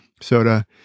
soda